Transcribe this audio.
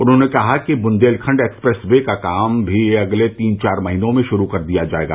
उन्होंने कहा कि बुंदेलखंड एक्सप्रेस वे का काम भी अगले तीन चार महीनों में शुरू कर दिया जायेगा